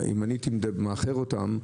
אם הייתי מאחר אותם,